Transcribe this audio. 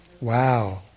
Wow